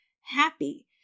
happy